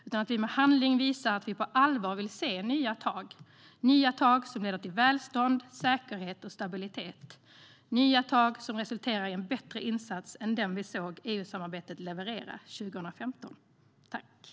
Låt oss med handling visa att vi på allvar vill se "nya tag" - nya tag som leder till välstånd, säkerhet och stabilitet och som resulterar i en bättre insats än den vi såg EU-samarbetet leverera 2015!